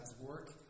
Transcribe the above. work